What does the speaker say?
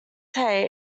hate